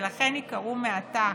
ולכן ייקראו מעתה